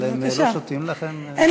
הם לא שותים לך,